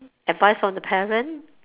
advice from the parent